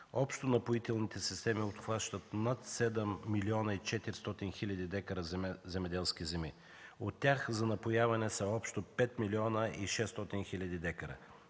Общо напоителните системи обхващат над 7 млн. 400 хил. дка земеделски земи. От тях за напояване са общо 5 млн. 600 хил. дка.